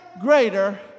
greater